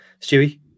Stewie